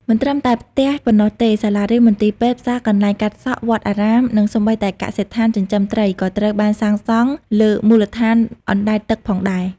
មិនត្រឹមតែផ្ទះប៉ុណ្ណោះទេ សាលារៀន មន្ទីរពេទ្យ ផ្សារ កន្លែងកាត់សក់ វត្តអារាម និងសូម្បីតែកសិដ្ឋានចិញ្ចឹមត្រីក៏ត្រូវបានសាងសង់លើមូលដ្ឋានអណ្ដែតទឹកផងដែរ។